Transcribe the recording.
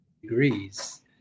degrees